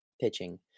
pitching